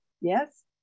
yes